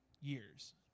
years